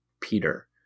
Peter